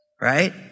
right